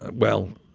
well,